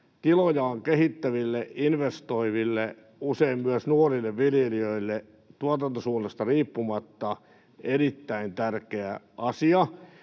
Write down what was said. tilojaan kehittäville, investoiville, usein myös nuorille viljelijöille tuotantosuunnasta riippumatta erittäin tärkeä asia,